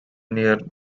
near